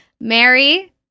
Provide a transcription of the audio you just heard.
Mary